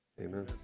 amen